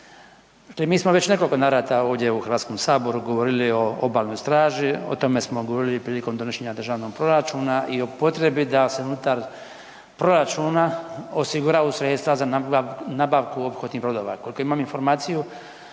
Mi smo već u nekoliko navrata ovdje u Hrvatskom saboru govorili o Obalnoj straži. O tome smo govorili i prilikom donošenja državnog proračuna i o potrebi da se unutar proračuna osiguraju sredstva za nabavku ophodnih brodova.